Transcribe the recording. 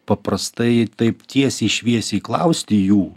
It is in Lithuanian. paprastai taip tiesiai šviesiai klausti jų